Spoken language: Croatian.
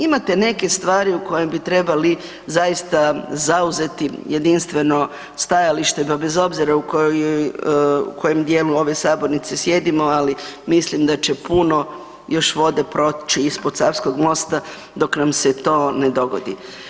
Imate neke stvari u kojim bi trebali zaista zauzeti jedinstveno stajalište, pa bez obzira u kojoj, u kojem dijelu ove sabornice sjedimo, ali mislim da će puno još vode proći ispod Savskog mosta dok nam se to ne dogodi.